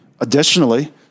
Additionally